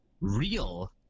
real